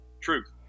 truth